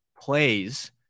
plays